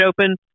Open